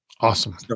Awesome